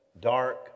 dark